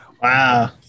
Wow